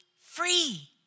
free